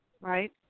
Right